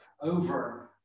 over